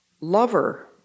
lover